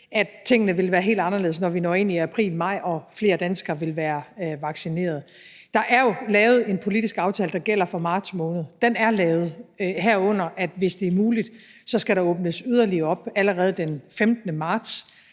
at tingene vil være helt anderledes, når vi når ind i april-maj og flere danskere vil være vaccineret. Der er jo lavet en politisk aftale, der gælder for marts måned – den er lavet – som jo også slår fast, at hvis det er muligt, skal der åbnes yderligere op allerede den 15. marts.